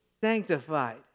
sanctified